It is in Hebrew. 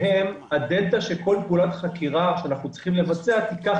שהן הדלתא שכל פעולת חקירה שאנחנו צריכים לבצע תיקח